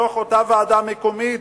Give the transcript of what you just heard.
בתוך אותה ועדה מקומית,